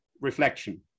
reflection